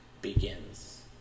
begins